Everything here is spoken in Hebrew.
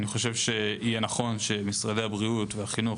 אני חושב שיהיה נכון שמשרדי הבריאות והחינוך